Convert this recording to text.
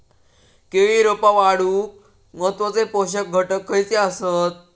केळी रोपा वाढूक महत्वाचे पोषक घटक खयचे आसत?